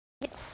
Yes